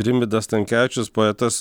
rimvydas stankevičius poetas